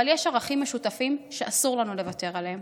אבל יש ערכים משותפים שאסור לנו לוותר עליהם.